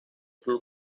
club